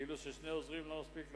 כאילו ששני עוזרים לא מספיק לכם.